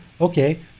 okay